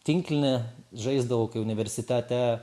tinklinį žaisdavau kai universitete